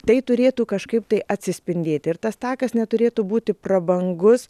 tai turėtų kažkaip tai atsispindėti ir tas takas neturėtų būti prabangus